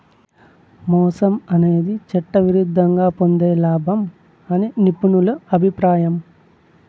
మోసం అనేది చట్టవిరుద్ధంగా పొందే లాభం అని నిపుణుల అభిప్రాయం